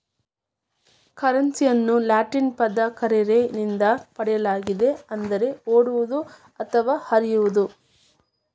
ಕರೆನ್ಸಿಯನ್ನು ಲ್ಯಾಟಿನ್ ಪದ ಕರ್ರೆರೆ ನಿಂದ ಪಡೆಯಲಾಗಿದೆ ಅಂದರೆ ಓಡುವುದು ಅಥವಾ ಹರಿಯುವುದು